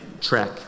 track